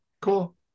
cool